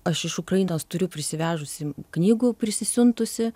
aš iš ukrainos turiu prisivežusi knygų prisisiuntusi